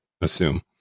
assume